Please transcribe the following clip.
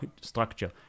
structure